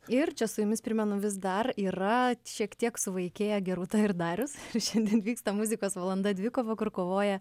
ir čia su jumis primenu vis dar yra šiek tiek suvaikėję gerūta ir darius šiandien vyksta muzikos valanda dvikova kur kovoja